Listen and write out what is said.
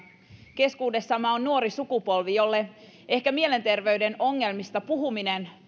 keskuudessamme on nuori sukupolvi jolle mielenterveyden ongelmista puhuminen